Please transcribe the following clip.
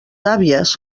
àvies